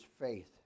faith